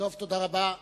תודה רבה.